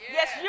Yes